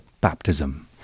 baptism